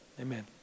amen